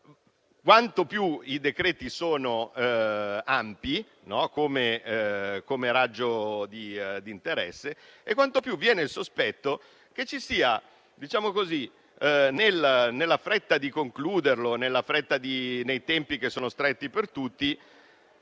Quanto più i decreti-legge sono ampi come raggio di interesse, tanto più viene il sospetto che ci sia, nella fretta di concluderli e nei tempi stretti per tutti,